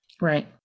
Right